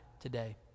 today